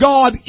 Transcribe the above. God